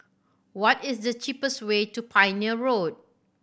what is the cheapest way to Pioneer Road